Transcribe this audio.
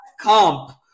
comp